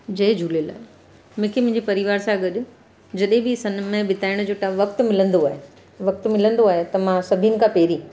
जय झूलेलाल मूंखे मुंहिंजे परिवार सां गॾु जॾहिं बि समय बिताइण जो वक़्तु मिलंदो आहे वक़्तु मिलंदो आहे त मां सभिनि खां पहिरीं